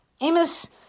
Amos